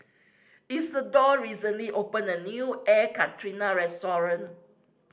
Isidore recently opened a new Air Karthira restaurant